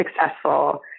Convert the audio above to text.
successful